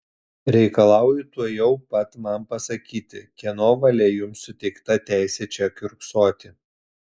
reikalauju tuojau pat man pasakyti kieno valia jums suteikta teisė čia kiurksoti